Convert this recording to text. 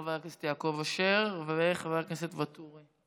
חבר הכנסת יעקב אשר וחבר הכנסת ואטורי.